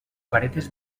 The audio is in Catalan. varetes